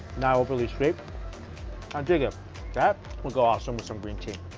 not overly sweet i dig it that will go awesome with some green tea